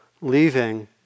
leaving